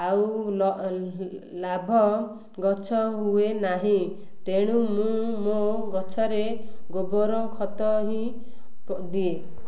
ଆଉ ଲାଭ ଗଛ ହୁଏ ନାହିଁ ତେଣୁ ମୁଁ ମୋ ଗଛରେ ଗୋବର ଖତ ହିଁ ଦିଏ